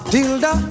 Tilda